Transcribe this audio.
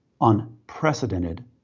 unprecedented